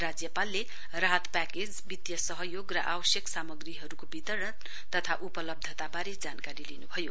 राज्यपालले राहत प्याकेज वित्तिय सहयोग र आवश्यक सामग्रीहरूको वितरण तथा उपलब्धताबारे जानकारी लिनुभयो